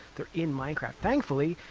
they're in minecraft. thankfully,